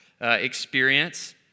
experience